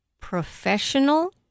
professional